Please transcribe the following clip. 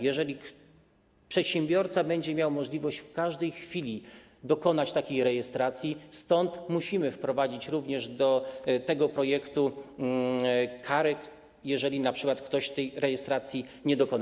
Jeżeli przedsiębiorca będzie miał możliwość w każdej chwili dokonać takiej rejestracji, musimy wprowadzić również do tego projektu karę, np. jeżeli ktoś tej rejestracji nie dokona.